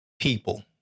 people